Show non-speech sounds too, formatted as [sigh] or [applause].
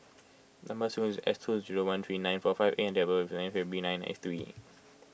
Number Sequence is S two zero one three nine four five A and date of birth is nineteen February [noise]